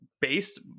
based